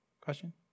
Question